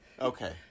Okay